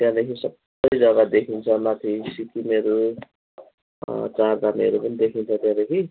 अनि त्यहाँदेखि सबै जग्गा देखिन्छ माथि सिक्किमहरू चारधामहरू पनि देखिन्छ त्यहाँदेखि